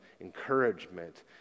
encouragement